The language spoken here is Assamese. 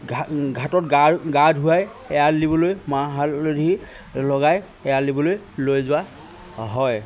ঘা ঘাটত গা গা ধুৱাই এৰাল দিবলৈ মাহ হালধি লগাই এৰাল দিবলৈ লৈ যোৱা হয়